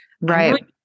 Right